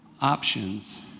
options